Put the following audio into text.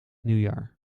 nieuwjaar